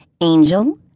Angel